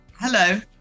Hello